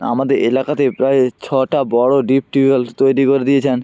আমাদের এলাকাতে প্রায় ছটা বড়ো ডিপ টিউবওয়েল তৈরি করে দিয়েছেন